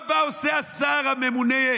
בא, ומה עושה השר הממונה,